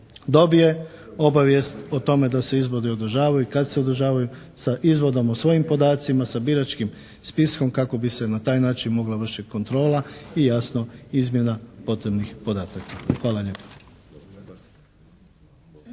dobije obavijest o tome da se izbori održavaju i kad se održavaju sa izvodom o svojim podacima, sa biračkim spiskom kako bi se na taj način mogla vršiti kontrola i jasno, izmjena potrebnih podataka. Hvala lijepa.